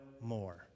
more